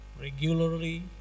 regularly